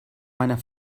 meiner